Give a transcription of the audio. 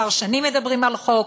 כבר שנים מדברים על חוק,